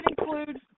include